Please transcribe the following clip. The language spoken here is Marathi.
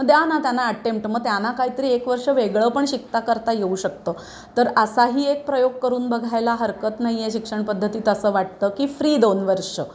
मग द्या ना त्यांना एटेम्प्ट मग त्यांना काहीतरी एक वर्ष वेगळं पण शिकता करता येऊ शकतं तर असाही एक प्रयोग करून बघायला हरकत नाही आहे शिक्षण पद्धतीत असं वाटतं की फ्री दोन वर्ष